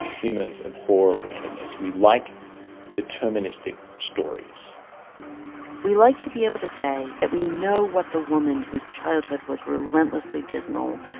humans abhor randomness. we like deterministic stories we like to be able to say that we know what the woman whose childhood was relentlessly dismal,